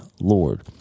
Lord